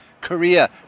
Korea